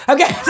Okay